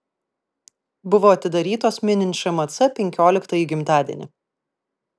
buvo atidarytos minint šmc penkioliktąjį gimtadienį